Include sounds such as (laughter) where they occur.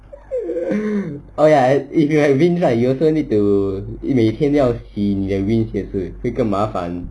(laughs) oh ya if you have wings right you also need to 你每天要洗你的 wings 也是更麻烦